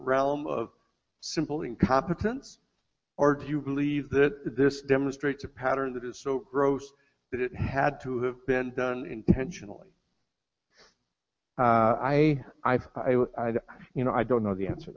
realm of simple incompetence or do you believe that this demonstrates a pattern that is so gross that it had to have been done intentionally i i you know i don't know the answer